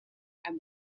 and